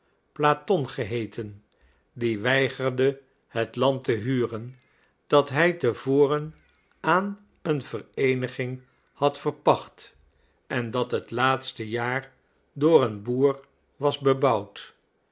platon geheeten die weigerde het land te huren dat hij te voren aan een vereeniging had verpacht en dat het laatste jaar door een boer was bebouwd